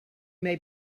may